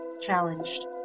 challenged